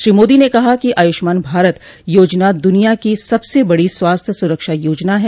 श्री मोदी ने कहा कि आयुष्मान भारत योजना दुनिया की सबसे बड़ी स्वास्थ्य सुरक्षा योजना है